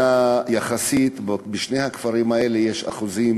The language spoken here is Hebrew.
יחסית, בשני הכפרים האלה יש אחוזים